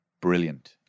brilliant